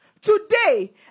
Today